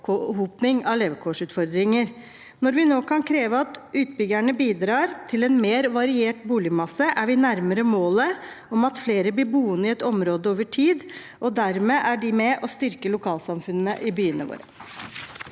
av levekårsutfordringer. Når vi nå kan kreve at utbyggerne bidrar til en mer variert boligmasse, er vi nærmere målet om at flere blir boende i et område over tid, og dermed er de med og styrker lokalsamfunnene i byene våre.